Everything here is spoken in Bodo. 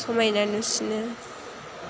समायना नुसिनो